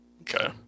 Okay